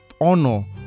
honor